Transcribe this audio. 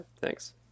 thanks